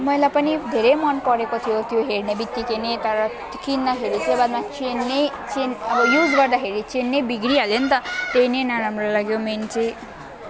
मैले पनि धेरै मनपरेको थियो त्यो हेर्नेबित्तिकै नै तर किन्दाखेरि चाहिँ बादमा चेन नै युज गर्दाखेरि चेन नै बिग्रिहाल्यो नि त्यही नै नराम्रो लाग्यो मेन चाहिँ